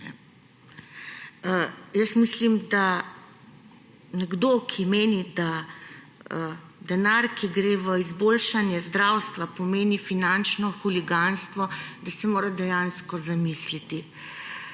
Jaz mislim, da se nekdo, ki meni, da denar, ki gre v izboljšanje zdravstva, pomeni finančno huliganstvo, mora dejansko zamisliti.